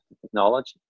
technology